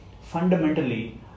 Fundamentally